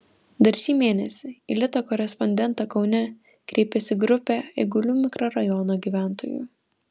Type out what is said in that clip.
dar šį mėnesį į lito korespondentą kaune kreipėsi grupė eigulių mikrorajono gyventojų